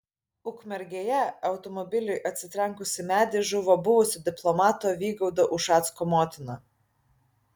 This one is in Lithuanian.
ukmergėje automobiliui atsitrenkus į medį žuvo buvusio diplomato vygaudo ušacko motina